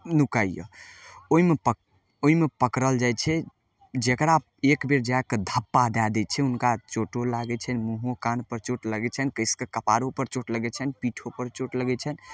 नुकाइए ओइमे पक ओइमे पकड़ल जाइ छै जकरा एक बेर जाके धप्पा दए दै छै हुनका चोटो लागय छनि मुँहो कानपर चोट लगय छनि कसिके कपाड़ोपर चोट लगय छनि पीठोपर चोट लगय छनि